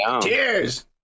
Cheers